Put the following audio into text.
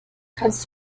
kannst